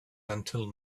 until